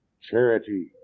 charity